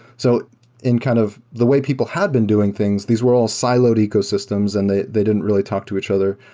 so in kind of the way people have been doing things, these were all siloed ecosystems and they they didn't really talk to each other.